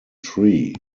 tree